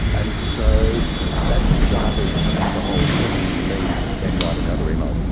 and so that started the whole thing, me then writing another email,